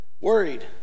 worried